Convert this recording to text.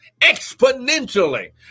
exponentially